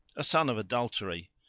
a son of adultery,